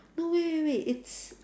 no wait wait wait it's